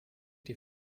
die